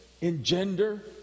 engender